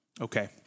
Okay